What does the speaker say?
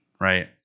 right